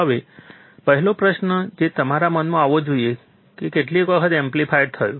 હવે પહેલો પ્રશ્ન જે તમારા મનમાં આવવો જોઈએ તે છે તે કેટલી વખત એમ્પ્લીફાઇડ થયો